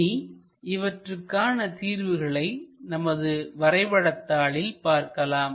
இனி இவற்றுக்கான தீர்வுகளை நமது வரைபட தாளில் பார்க்கலாம்